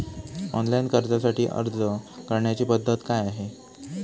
Online कर्जासाठी अर्ज करण्याची पद्धत काय आहे?